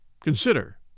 consider